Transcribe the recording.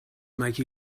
make